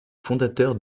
fondateurs